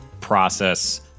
process